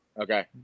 Okay